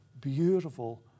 beautiful